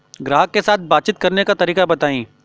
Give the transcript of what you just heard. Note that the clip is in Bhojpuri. ग्राहक के साथ बातचीत करने का तरीका बताई?